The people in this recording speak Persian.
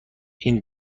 این